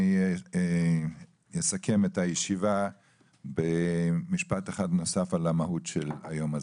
אני אסכם את הישיבה במשפט אחד נוסף על המהות של היום הזה.